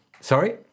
sorry